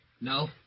no